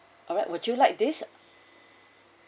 alright would you like this